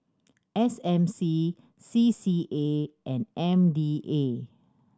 S M C C C A and M D A